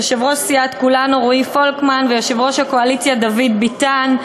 יושב-ראש סיעת כולנו רועי פולקמן ויושב-ראש הקואליציה דוד ביטן.